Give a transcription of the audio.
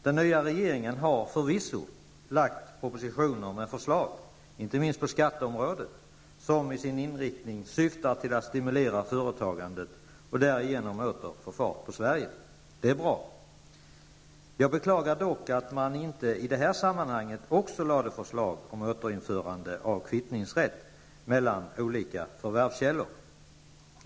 Den nya regeringen har förvisso lagt fram propositioner, inte minst på skatteområdet, med förslag som i sin inriktning syftar till att stimulera företagandet och därigenom åter få fart på Sverige. Det är bra. Jag beklagar dock att regeringen inte i det sammanhanget också lade fram förslag om återinförande av rätten till kvittning mellan olika förvärvskällor.